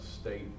state